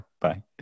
Bye